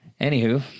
Anywho